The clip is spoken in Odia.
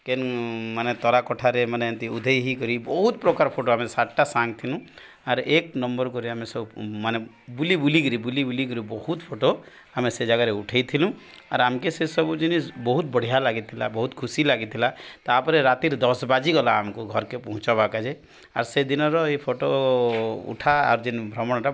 କେନ୍ମାନେ ତରା କଠାରେ ମାନେ ଏମନ୍ତି ଉଦେଇ ହେଇକରି ବହୁତ ପ୍ରକାର ଫଟୋ ଆମେ ସତଟା ସାଙ୍ଗ ଥିନୁ ଆର୍ ଏକ ନମ୍ବର କରି ଆମେ ସବୁ ମାନେ ବୁଲି ବୁଲିିକିରି ବୁଲି ବୁଲିିକିରି ବହୁତ ଫଟୋ ଆମେ ସେ ଜାଗାରେ ଉଠେଇଥିନୁ ଆର୍ ଆମକେ ସେସବୁ ଜିନିଷ୍ ବହୁତ ବଢ଼ିଆ ଲାଗିଥିଲା ବହୁତ ଖୁସି ଲାଗିଥିଲା ତାପରେ ରାତିରେ ଦଶ ବାଜିଗଲା ଆମକୁ ଘରକେ ପହଞ୍ଚବାକା ଯେ ଆର୍ ସେଦିନର ଏଇ ଫଟୋ ଉଠା ଆର୍ ଯେନ୍ ଭ୍ରମଣଟା